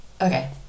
Okay